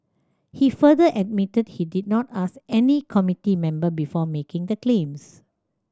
he further admitted he did not ask any committee member before making the claims